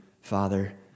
Father